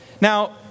Now